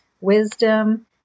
wisdom